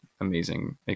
amazing